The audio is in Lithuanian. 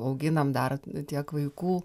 auginam dar tiek vaikų